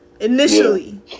initially